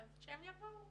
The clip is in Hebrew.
"לא, כשהם יבואו